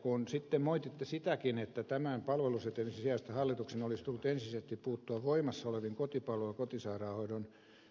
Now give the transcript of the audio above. kun sitten moititte niinkin että tämän palvelusetelin sijasta hallituksen olisi tullut ensisijaisesti puuttua voimassa olevien kotipalvelun ja kotisairaanhoidon